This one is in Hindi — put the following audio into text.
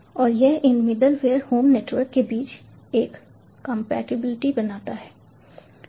और यह इन मिडिलवेयर होम नेटवर्क के बीच एक कंपैटिबिलिटी बनाता है